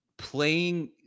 playing